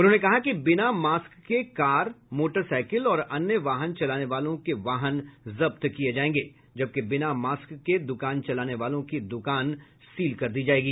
उन्होंने कहा कि बिना मास्क के कार मोटरसाईकिल और अन्य वाहन चलाने वालों के वाहन जब्त किये जायेंगे जबकि बिना मास्क के दुकान चलाने वालों की दुकान सील कर दी जायेगी